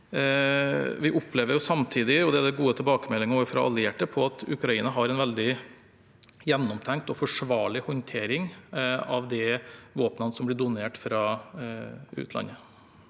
fra allierte om, at Ukraina har en veldig gjennomtenkt og forsvarlig håndtering av våpnene som blir donert fra utlandet.